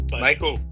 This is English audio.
Michael